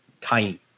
tiny